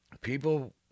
People